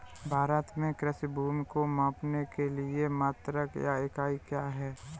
भारत में कृषि भूमि को मापने के लिए मात्रक या इकाई क्या है?